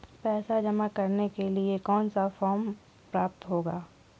पैसा जमा करने के लिए कौन सा फॉर्म प्राप्त करना होगा?